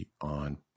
on